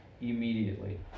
immediately